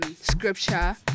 scripture